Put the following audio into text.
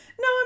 No